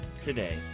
today